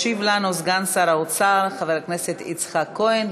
ישיב לנו סגן שר האוצר, חבר הכנסת יצחק כהן.